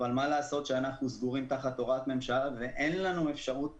אבל מה לעשות שאנחנו סגורים תחת הוראת ממשלה ואין לנו אפשרות